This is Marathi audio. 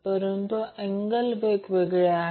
हे आपण आधीच रेझोनन्ससाठी केले आहे